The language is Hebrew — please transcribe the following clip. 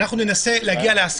אנחנו ננסה להגיע להסכמות.